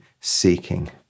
seeking